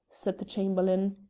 said the chamberlain.